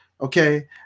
okay